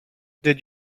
did